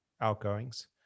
outgoings